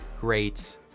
great